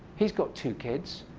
he's got two kids.